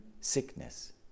sickness